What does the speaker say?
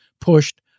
pushed